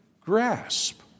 grasp